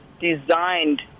designed